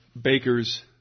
Baker's